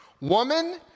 woman